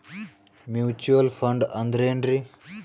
Mutual fund ಅಂದ್ರೆನ್ರಿ?